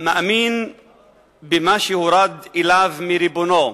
מאמין במה שהורד אליו מריבונו,